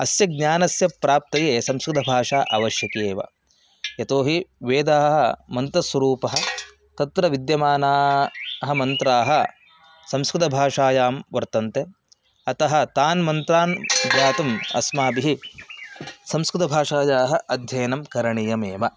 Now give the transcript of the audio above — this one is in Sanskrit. अस्य ज्ञानस्य प्राप्तये संस्कृतभाषा आवश्यकी एव यतो हि वेदाः मन्त्रस्वरूपाः तत्र विद्यमानाः मन्त्राः संस्कृतभाषायां वर्तन्ते अतः तान् मन्त्रान् ज्ञातुम् अस्माभिः संस्कृतभाषायाः अध्ययनं करणीयमेव